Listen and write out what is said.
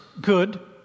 good